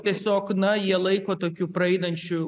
tiesiog na jie laiko tokiu praeinančiu